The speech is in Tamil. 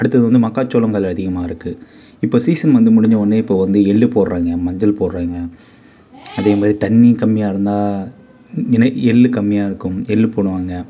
அடுத்தது வந்து மக்காசோளங்கள் அதிகமாக இருக்கு இப்போ சீசன் வந்து முடிஞ்சவுனே இப்போ வந்து எள்ளு போட்றாங்கே மஞ்சள் போட்றாங்கே அதேமாதிரி தண்ணியும் கம்மியாக இருந்தா நினை எள்ளு கம்மியாக இருக்கும் எள்ளு போடுவாங்க